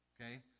okay